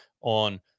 on